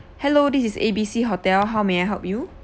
hello this is A B C hotel how may I help you